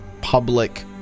public